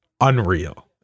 unreal